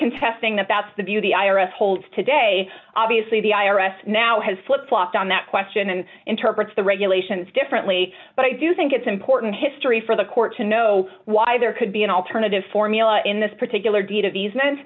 contesting that that's the view the i r s holds today obviously the i r s now has flip flopped on that question and interprets the regulations differently but i do think it's important history for the court to know why there could be an alternative formula in this particular deed of these men